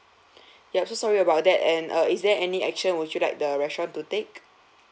yup so sorry about that and uh is there any action would you like the restaurant to take